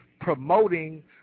promoting